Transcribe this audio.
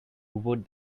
would